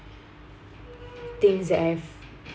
things that I have